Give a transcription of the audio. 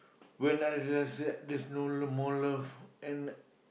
when I just said there's no no more love and